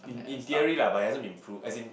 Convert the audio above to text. in in theory lah but hasn't been proved as in